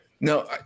No